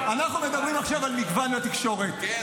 אנחנו מדברים עכשיו על מגוון בתקשורת.